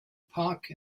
park